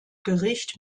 gericht